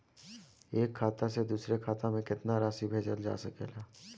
एक खाता से दूसर खाता में केतना राशि भेजल जा सके ला?